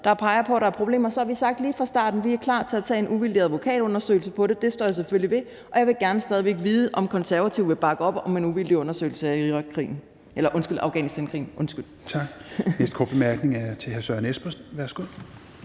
der peger på, at der er problemer, så har vi sagt lige fra starten, at vi er klar til at få lavet en uvildig advokatundersøgelse af det – og det står jeg selvfølgelig ved – og jeg vil gerne stadig væk vide, om Konservative vil bakke op om en uvildig undersøgelse af Afghanistankrigen. Kl.